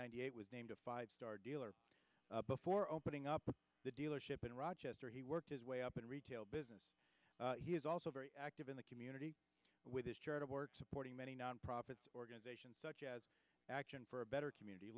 hundred eight was named a five star dealer before opening up the dealership in rochester he worked his way up in retail business he is also very active in the community with his charitable work supporting many nonprofit organizations such as action for a better community